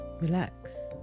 relax